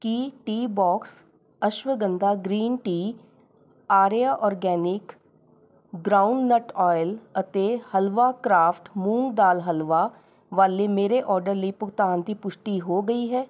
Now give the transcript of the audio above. ਕੀ Teabox ashwagandha green tea ਆਰੀਆ organic groundnut oil ਅਤੇ halwa craft ਮੂੰਗ ਦਾਲ ਹਲਵਾ ਵਾਲੇ ਮੇਰੇ ਆਰਡਰ ਲਈ ਭੁਗਤਾਨ ਦੀ ਪੁਸ਼ਟੀ ਹੋ ਗਈ ਹੈ